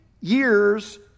years